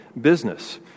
business